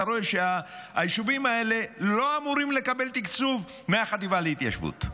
אתה רואה שהיישובים האלה לא אמורים לקבל תקצוב מהחטיבה להתיישבות.